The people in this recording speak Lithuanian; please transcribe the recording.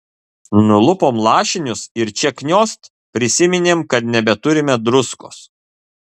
nulupom lašinius ir čia kniost prisiminėm kad nebeturime druskos